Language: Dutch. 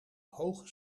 hoge